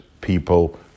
people